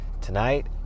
tonight